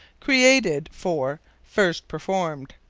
created for first performed.